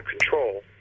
control